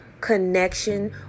connection